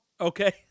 Okay